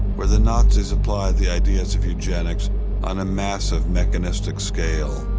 where the nazis applied the ideas of eugenics on a massive mechanistic scale.